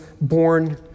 born